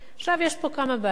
עכשיו, יש פה כמה בעיות: